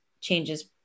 changes